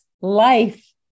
life